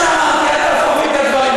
את המרוקאים כמו שקיבלו את הרוסים?